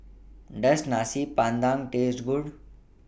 Does Nasi Padang Taste Good